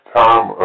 time